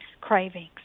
cravings